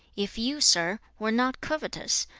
if you, sir, were not covetous,